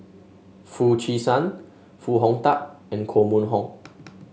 Foo Chee San Foo Hong Tatt and Koh Mun Hong